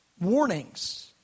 Warnings